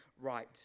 right